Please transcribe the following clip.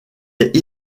est